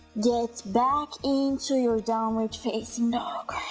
get back into your downward facing dog